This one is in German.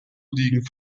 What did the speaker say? liegen